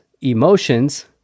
emotions